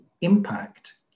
impact